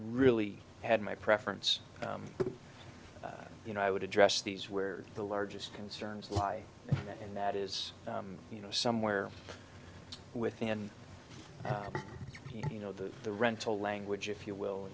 really had my preference you know i would address these where the largest concerns lie and that is you know somewhere within you know the the rental language if you will